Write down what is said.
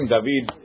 David